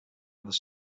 other